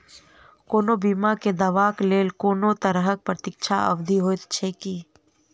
कोनो बीमा केँ दावाक लेल कोनों तरहक प्रतीक्षा अवधि होइत छैक की?